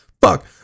Fuck